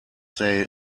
they